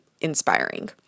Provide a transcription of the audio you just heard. inspiring